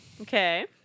okay